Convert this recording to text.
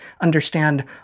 understand